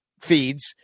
feeds